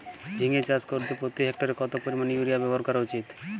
ঝিঙে চাষ করতে প্রতি হেক্টরে কত পরিমান ইউরিয়া ব্যবহার করা উচিৎ?